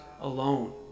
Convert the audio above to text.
alone